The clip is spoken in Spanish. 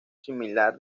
similar